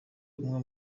umwe